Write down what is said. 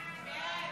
ההצעה להעביר